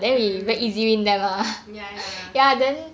mm ya ya